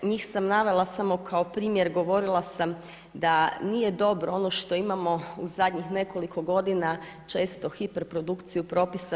Njih sam navela samo kao primjer, govorila sam da nije dobro ono što imamo u zadnjih nekoliko godina često hiper produkciju propisa.